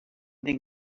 den